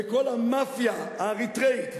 וכל המאפיה האריתריאית,